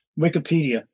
Wikipedia